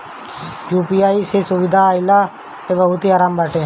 UPI के सुविधा आईला पअ बहुते आराम बाटे